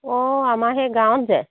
অঁ আমাৰ সেই গাঁৱত যে